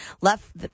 left